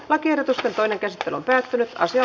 lakiehdotusten toinen käsittely päättyi